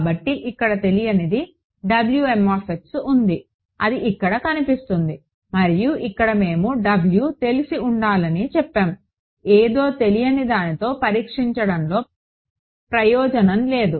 కాబట్టి ఇక్కడ తెలియనిది ఉంది అది ఇక్కడ కనిపిస్తుంది మరియు ఇక్కడ మేము W తెలిసి ఉండాలని చెప్పాము ఏదో తెలియని దానితో పరీక్షించడంలో ప్రయోజనం లేదు